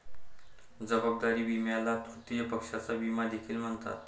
जबाबदारी विम्याला तृतीय पक्षाचा विमा देखील म्हणतात